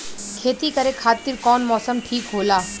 खेती करे खातिर कौन मौसम ठीक होला?